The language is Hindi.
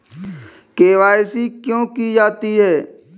के.वाई.सी क्यों की जाती है?